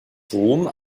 ruhm